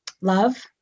love